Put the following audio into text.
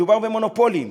מדובר במונופולים.